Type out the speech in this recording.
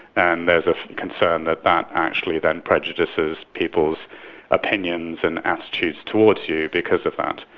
and there is a concern that that actually then prejudices people's opinions and attitudes towards you because of that.